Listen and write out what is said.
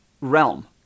realm